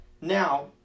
Now